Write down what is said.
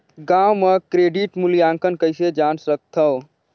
गांव म क्रेडिट मूल्यांकन कइसे जान सकथव?